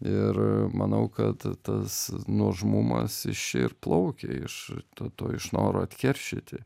ir manau kad tas nuožmumas iš čia ir plaukia iš to to iš noro atkeršyti